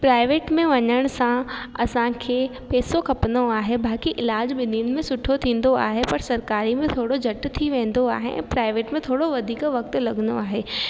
private में वञण सां असांखे पैसो खपंदो आहे बाक़ी इलाज ॿिन्हिनि में सुठो थींदो आहे पर सरकारी में थोरो झट थी वेंदो आहे प्राइवेट में थोरो वधीक वक़्तु लॻंदो आहे